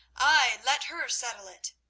ay, let her settle it,